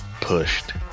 pushed